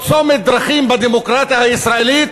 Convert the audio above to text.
או צומת דרכים, בדמוקרטיה הישראלית,